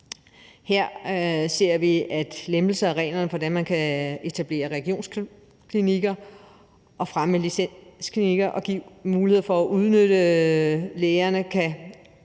Her ser vi, at lempelser af reglerne for, hvordan man kan etablere regionsklinikker, fremme licensklinikker og give mulighed for, at læger kan